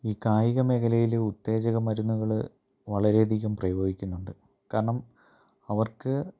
ഈ കായിക മേഖലയിലെ ഉത്തേജകമരുന്നുകൾ വളരെയധികം പ്രയോഗിക്കുന്നുണ്ട് കാരണം അവർക്ക്